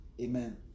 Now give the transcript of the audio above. amen